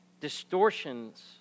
Distortions